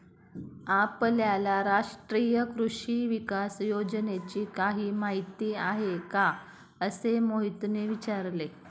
आपल्याला राष्ट्रीय कृषी विकास योजनेची काही माहिती आहे का असे मोहितने विचारले?